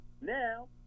Now